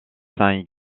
saint